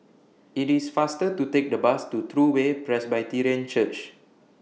IT IS faster to Take The Bus to True Way Presbyterian Church